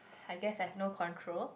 I guess have no control